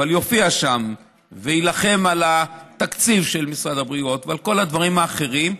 אבל יופיע שם ויילחם על התקציב של משרד הבריאות ועל כל הדברים האחרים,